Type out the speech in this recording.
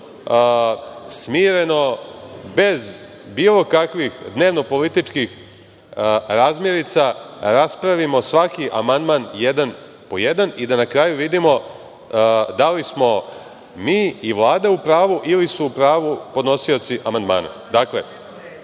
smireno, bez bilo kakvih dnevno-političkih razmirica, raspravimo svaki amandman jedan po jedan i da na kraju vidimo da li smo mi i Vlada u pravu ili su u pravu podnosioci amandmana. Dakle,